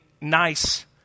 nice